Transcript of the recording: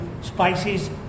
spices